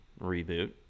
reboot